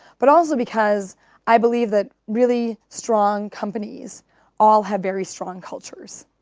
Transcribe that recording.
but also because i believe that really strong companies all have very strong cultures.